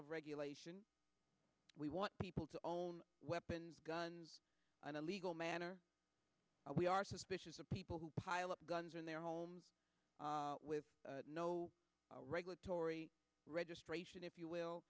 of regulation we want people to own weapons guns an illegal manner we are suspicious of people who pile up guns in their homes with no regulatory registration if you will